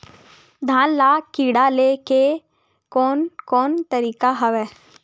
धान ल कीड़ा ले के कोन कोन तरीका हवय?